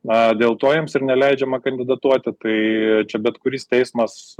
na dėl to jiems ir neleidžiama kandidatuoti tai čia bet kuris teismas